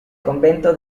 convento